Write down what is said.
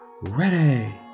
ready